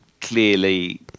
clearly